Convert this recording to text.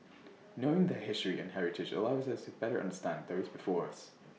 knowing their history and heritage allows us to better understand those before us